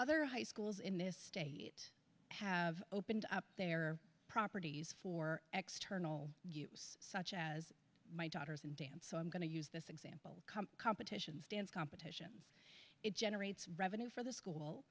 other high schools in this state have opened up their properties for external use such as my daughter's in dance so i'm going to use this example competitions dance competition it generates revenue for the school